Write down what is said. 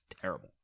Terrible